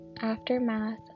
aftermath